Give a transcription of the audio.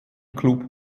klub